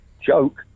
Joke